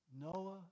Noah